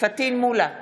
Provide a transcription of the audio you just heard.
פטין מולא,